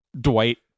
dwight